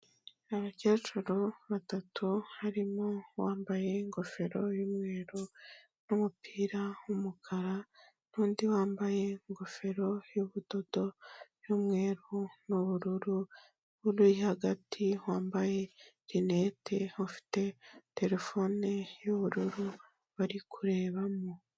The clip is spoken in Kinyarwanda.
Abakecuru batatu harimo uwambaye ingofero y'umweru n'umupira w'umukara n'undi wambaye ingofero y'ubudodo y'umweru n'ubururu, uri hagati wambaye rinete ufite telefone y'ubururu bari kurebamo.